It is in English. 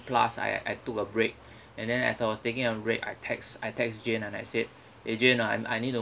plus I I took a break and then as I was taking a break I text I text jane and I said eh jane ah I'm I need to